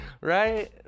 Right